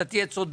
אתה תהיה צודק,